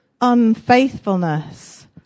Unfaithfulness